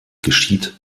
geschieht